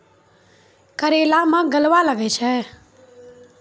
करेला मैं गलवा लागे छ?